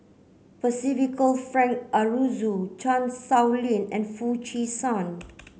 Percival Frank Aroozoo Chan Sow Lin and Foo Chee San